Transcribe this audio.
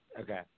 Okay